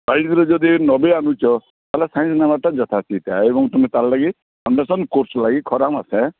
ସାଇନ୍ସରେ ଯଦି ନବେ ଆଣୁଛ ତାହାଲେ ସାଇନ୍ସ ନେବାଟା ଯଥା ଠିକ୍ ଏବଂ ତୁମେ ତା' ଲାଗି ଫାଉଣ୍ଡେସନ୍ କୋର୍ସ ଲାଗି ଖରାମାସେ